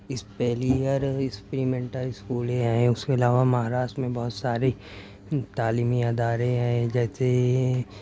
اسپیلیگر experimental اسکولیں ہیں اس کے علاوہ مہاراشٹر میں بہت ساری تعلیمی ادارے ہیں جیسے